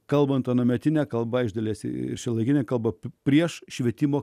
kalbant anuometine kalba iš dalies į šiuolaikinę kalbą prieš švietimo